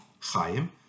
Chaim